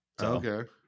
Okay